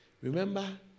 Remember